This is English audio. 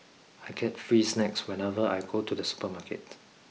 I get free snacks whenever I go to the supermarket